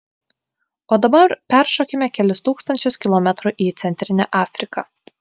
o dabar peršokime kelis tūkstančius kilometrų į centrinę afriką